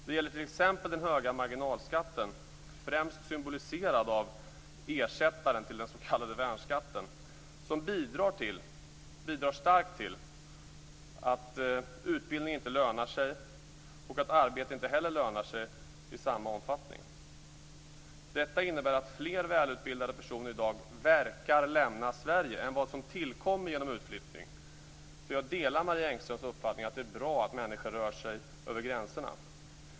Det gäller t.ex. den höga marginalskatten, främst symboliserad av ersättaren till den s.k. värnskatten som starkt bidrar till att utbildning inte lönar sig och att arbete inte heller lönar sig i samma omfattning. Detta innebär att fler välutbildade personer i dag verkar lämna Sverige än vad som tillkommer genom utflyttning. Jag delar Marie Engströms uppfattning att det är bra att människor rör sig över gränserna.